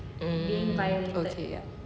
mm okay ya